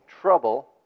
trouble